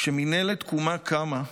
כשמינהלת תקומה קמה,